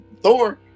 Thor